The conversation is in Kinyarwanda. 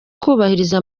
kubahiriza